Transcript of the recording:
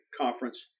conference